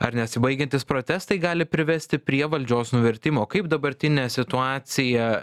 ar nesibaigiantys protestai gali privesti prie valdžios nuvertimo kaip dabartinė situacija